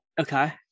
Okay